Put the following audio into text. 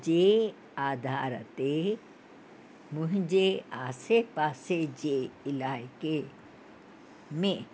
जे आधार ते मुंहिंजे आसे पासे जे इलाइक़े में